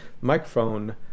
Microphone